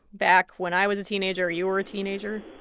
back when i was a teenager or you were a teenager?